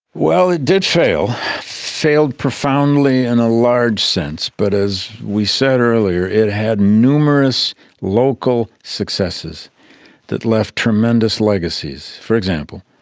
well, it did fail, it failed profoundly in a large sense. but as we said earlier, it had numerous local successes that left tremendous legacies. for example,